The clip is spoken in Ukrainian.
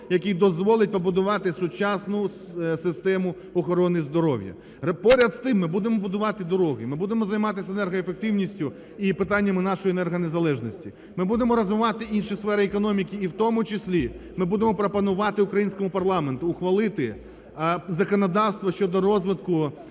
який дозволить побудувати сучасну систему охорони здоров'я. Поряд з тим ми будемо будувати дороги, ми будемо займатися енергоефективністю і питаннями нашої енергонезалежності, ми будемо розвивати інші сфери економіки, і в тому числі, ми будемо пропонувати українському парламенту ухвалити законодавство щодо розвитку